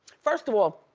first of all,